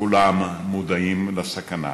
כולם מודעים לסכנה,